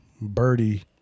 birdie